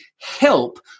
help